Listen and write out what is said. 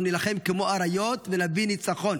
אנחנו נילחם כמו אריות ונביא ניצחון